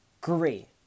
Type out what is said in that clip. Great